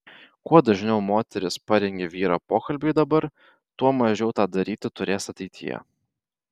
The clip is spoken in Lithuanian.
kuo dažniau moteris parengia vyrą pokalbiui dabar tuo mažiau tą daryti turės ateityje